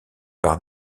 par